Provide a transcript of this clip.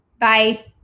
Bye